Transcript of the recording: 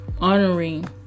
honoring